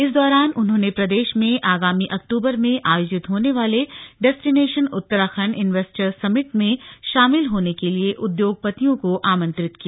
इस दौरान उन्होंने प्रदेश में आगामी अक्टूबर में आयोजित होने वाले डेस्टिनेशन उत्तराखण्ड इन्वेस्टर्स समिट में शामिल होने के लिए उद्योगपतियों को आमंत्रित किया